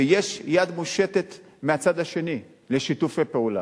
ויש יד מושטת מהצד השני לשיתופי פעולה.